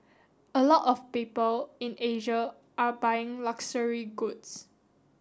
a lot of people in Asia are buying luxury goods